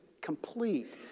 complete